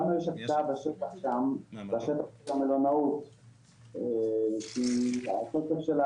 לנו יש הקצאה בשטח שם למלונאות שהתוקף שלה